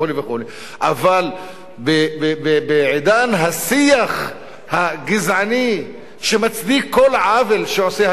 אבל בעידן השיח הגזעני שמצדיק כל עוול שהכיבוש עושה,